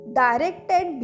directed